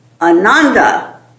Ananda